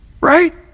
Right